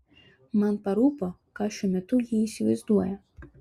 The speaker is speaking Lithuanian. man parūpo ką šiuo metu ji įsivaizduoja